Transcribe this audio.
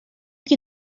que